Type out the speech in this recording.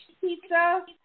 pizza